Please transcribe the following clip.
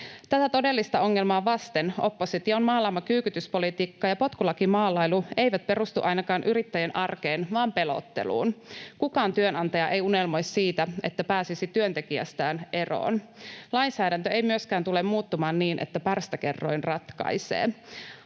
Tätä todellista ongelmaa vasten opposition maalaama kyykytyspolitiikka ja potkulakimaalailu eivät perustu ainakaan yrittäjien arkeen vaan pelotteluun. Kukaan työnantaja ei unelmoi siitä, että pääsisi työntekijästään eroon. Lainsäädäntö ei myöskään tule muuttumaan niin, että pärstäkerroin ratkaisee.